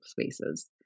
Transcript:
spaces